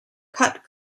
cut